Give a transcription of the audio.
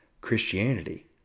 Christianity